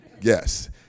yes